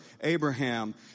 Abraham